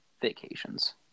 vacations